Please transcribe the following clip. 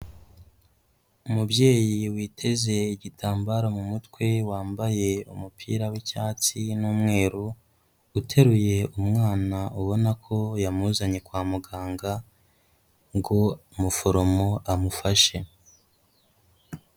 Umubyeyi witeze igitambaro mu mutwe wambaye umupira w'icyatsi n'umweru, uteruye umwana ubona ko yamuzanye kwa muganga ngo umuforomo amufashe.